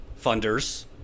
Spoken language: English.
funders